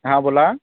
हां बोला